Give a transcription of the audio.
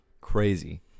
Crazy